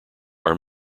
are